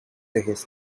his